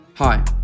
Hi